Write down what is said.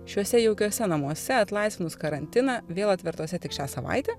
šiuose jaukiuose namuose atlaisvinus karantiną vėl atvertuose tik šią savaitę